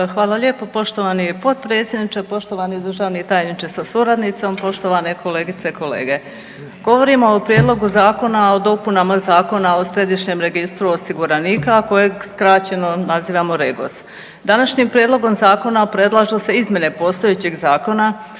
Hvala lijepo. Poštovani potpredsjedniče, poštovani državni tajniče sa suradnicom, poštovane kolegice i kolege, govorim o Prijedlogu Zakona o dopunama Zakona o središnjem registru osiguranika, a kojeg skraćeno nazivamo REGOS. Današnjim prijedlogom zakona predlažu se izmjene postojećeg zakona